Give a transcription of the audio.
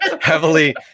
Heavily